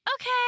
okay